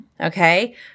okay